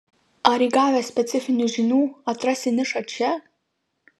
ar įgavęs specifinių žinių atrasi nišą čia